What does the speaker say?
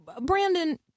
Brandon